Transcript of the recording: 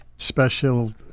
special